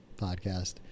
podcast